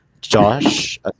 Josh